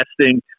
testing